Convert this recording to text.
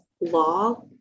law